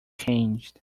changed